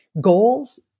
goals